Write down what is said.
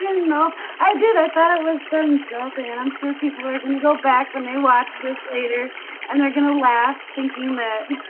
you know know i did i thought it was some jumping and i'm sure people are gonna go back when they watch this later and they're gonna laugh thinking that